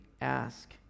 ask